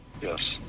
Yes